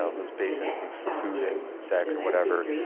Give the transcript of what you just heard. ah those base instincts for food and sex and whatever,